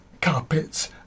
carpets